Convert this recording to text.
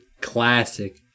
Classic